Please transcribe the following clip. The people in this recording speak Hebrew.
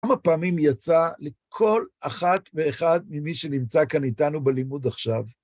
כמה פעמים יצא לכל אחת ואחד ממי שנמצא כאן איתנו בלימוד עכשיו,